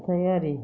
नुथायारि